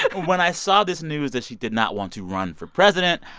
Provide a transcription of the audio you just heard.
when i saw this news that she did not want to run for president,